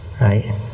right